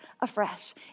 afresh